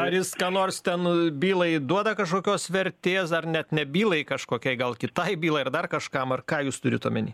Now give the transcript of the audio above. ar jis ką nors ten bylai duoda kažkokios vertės ar net ne bylai kažkokiai gal kitai bylai ir dar kažkam ar ką jūs turit omeny